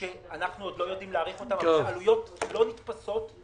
אני גם רוצה להגיד שהפרויקטים האלה הם לא פרויקטים נסתרים.